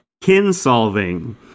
Kinsolving